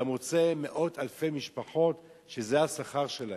מוצא מאות אלפי משפחות שזה השכר שלהן.